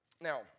Now